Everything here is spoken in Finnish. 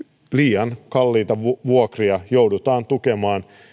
liian kalliita vuokria joudutaan tukemaan